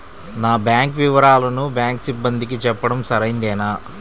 నా బ్యాంకు వివరాలను బ్యాంకు సిబ్బందికి చెప్పడం సరైందేనా?